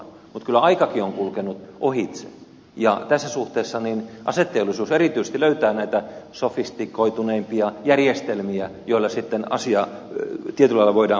mutta kyllä aikakin on kulkenut ohitse ja tässä suhteessa aseteollisuus erityisesti löytää näitä sofistikoituneimpia järjestelmiä joilla sitten asia tietyllä lailla voidaan hoitaa